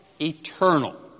eternal